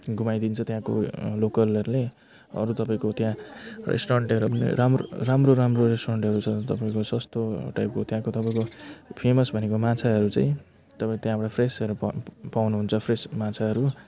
घुमाइदिन्छ त्यहाँको उयो लोकलहरूले अरू तपाईँको त्याँ रेस्टुरेन्टहरू पनि राम्रो राम्रो रेस्टुरेन्टहरू छ तपाईँको सस्तो टाइपको त्यहाँको तपाईँको फेमस भनेको माछाहरू चाहिँ तपाईँको त्यहाँबाट फ्रेसहरू पाउनु हुन्छ फ्रेस माछाहरू